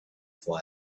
why